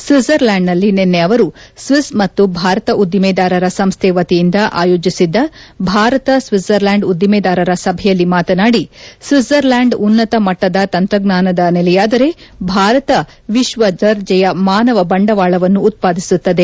ಸ್ವಿಜರ್ಲ್ಯಾಂಡ್ನಲ್ಲಿ ನಿನ್ನೆ ಅವರು ಸ್ವಿಡ್ ಮತ್ತು ಭಾರತ ಉಧಿಮೆದಾರರ ಸಂಸ್ಥೆ ವತಿಯಿಂದ ಆಯೋಜಿಸಿದ್ದ ಭಾರತ ಕ್ಷಿಜರ್ಲ್ಲಾಂಡ್ ಉಧಿಮೆದಾರರ ಸಭೆಯಲ್ಲಿ ಮಾತನಾಡಿ ಕ್ಷಿಜರ್ಲ್ಲಾಂಡ್ ಉನ್ನತ ಮಟ್ಲದ ತಂತ್ರಜ್ಞಾನದ ನೆಲೆಯಾದರೆ ಭಾರತ ವಿಶ್ವದರ್ಜೆಯ ಮಾನವ ಬಂಡವಾಳವನ್ನು ಉತ್ಪಾದಿಸುತ್ತದೆ